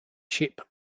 chip